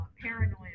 Paranoia